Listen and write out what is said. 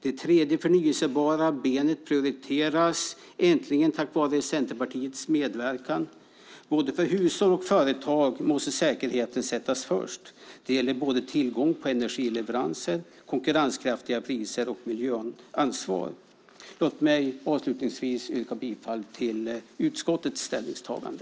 Det tredje förnybara benet prioriteras äntligen tack vare Centerpartiets medverkan. För hushåll och företag måste säkerheten sättas först. Det gäller tillgången på energileveranser, konkurrenskraftiga priser och miljöansvar. Låt mig avslutningsvis yrka bifall till utskottets ställningstagande.